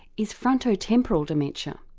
is frontotemporal dementia,